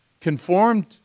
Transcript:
conformed